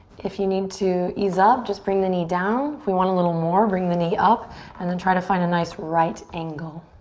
if you need to ease up, just bring the knee down. if we want a little more, bring the knee up and then try to find a nice right angle.